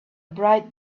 bright